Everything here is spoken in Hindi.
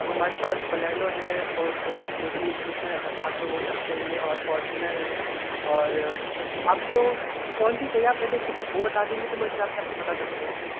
हमारे पास बलेनो है जो की जिसमें सात लोग हो सकते हैं और फॉर्च्यूनर है और आपको कौन सी चाहिए पहले आप मुझे वह बता देंगे तो उस हिसाब से मैं आपको बता सकता हूँ